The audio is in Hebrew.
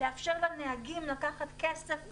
לאפשר לנהגים לקחת כסף,